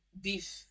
beef